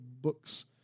books